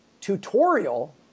tutorial